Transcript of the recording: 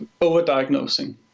overdiagnosing